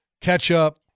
ketchup